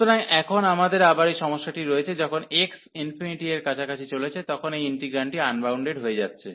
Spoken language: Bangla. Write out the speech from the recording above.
সুতরাং এখন আমাদের আবার এই সমস্যাটি রয়েছে যখন x এর কাছাকাছি চলেছে তখন এই ইন্টিগ্রান্ডটি আনবাউন্ডেড হয়ে যাচ্ছে